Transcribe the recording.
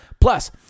Plus